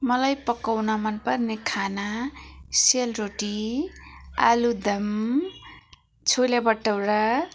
मलाई पकाउन मनपर्ने खाना सेलरोटी आलुदम छोले भटौरा